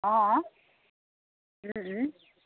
অঁ